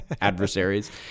adversaries